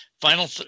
final